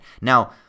Now